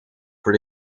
voor